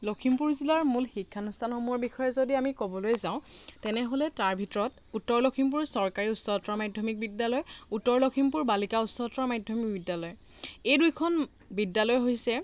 লখিমপুৰ জিলাৰ মূল শিক্ষানুষ্ঠানসমূহৰ বিষয়ে যদি আমি ক'বলৈ যাওঁ তেনেহ'লে তাৰ ভিতৰত উত্তৰ লখিমপুৰ চৰকাৰী উচ্চতৰ মাধ্যমিক বিদ্যালয় উত্তৰ লখিমপুৰ বালিকা উচ্চতৰ মাধ্যমিক বিদ্যালয় এই দুইখন বিদ্যালয় হৈছে